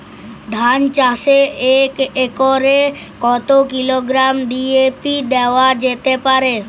ধান চাষে এক একরে কত কিলোগ্রাম ডি.এ.পি দেওয়া যেতে পারে?